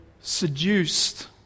seduced